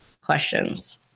questions